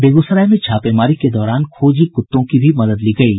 बेग्सराय में छापेमारी के दौरान खोजी कुत्तों की भी मदद ली गयी